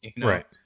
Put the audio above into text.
Right